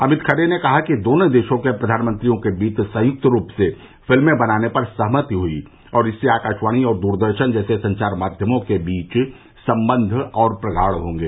अमित खरे ने कहा कि दोनों देशों के प्रधानमंत्रियों के बीच संयुक्त रूप से फिल्मे बनाने पर सहमति हुई और इससे आकाशवाणी और दूरदर्शन जैसे संचार माध्यमों के बीच संबंध और प्रगाढ़ होंगे